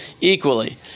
equally